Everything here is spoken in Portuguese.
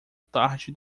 tarde